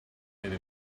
made